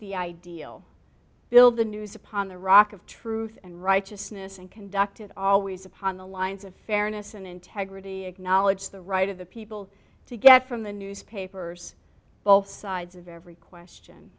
the ideal build the news upon the rock of truth and righteousness and conducted always upon the lines of fairness and integrity acknowledge the right of the people to get from the newspapers both sides of every question